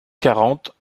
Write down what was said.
quarante